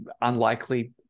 unlikely